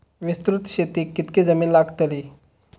विस्तृत शेतीक कितकी जमीन लागतली?